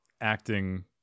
acting